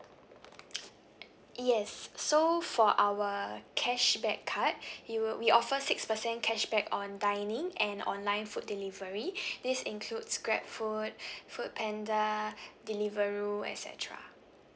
yes so for our cashback card you will we offer six percent cashback on dining and online food delivery this includes grabfood foodpanda deliveroo et cetera